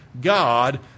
God